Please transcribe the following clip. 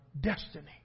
destiny